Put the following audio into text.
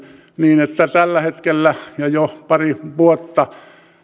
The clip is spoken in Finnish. niin että tällä hetkellä ja jo pari vuotta